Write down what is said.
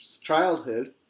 childhood